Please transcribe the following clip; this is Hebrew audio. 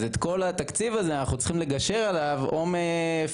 אז את כל התקציב הזה אנחנו צריכים לגשר עליו או לפילנתרופיה